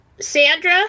Sandra